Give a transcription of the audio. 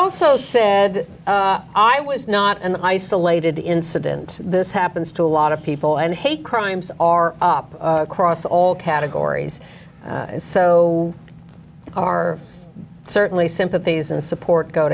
also said i was not an isolated incident this happens to a lot of people and hate crimes are up across all categories so are certainly sympathies and support go